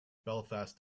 belfast